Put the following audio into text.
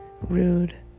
rude